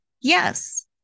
Yes